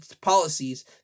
policies